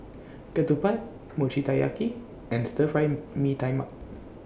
Ketupat Mochi Taiyaki and Stir Fry Mee Tai Mak